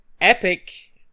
Epic